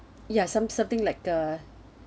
ya some something like the